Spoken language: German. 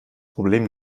problem